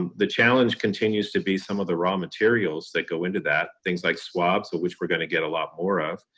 the challenge continues to be some of the raw materials that go into that. things like swabs, of which we're going to get a lot more of,